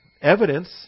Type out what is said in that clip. evidence